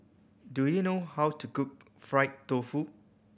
do you know how to cook fried tofu